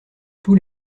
tous